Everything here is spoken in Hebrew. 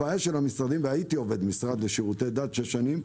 הבעיה - הייתי עובד במשרד לשירותי דת שש שנים,